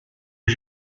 est